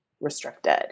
restricted